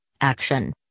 Action